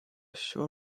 asju